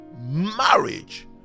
Marriage